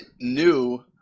new